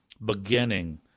beginning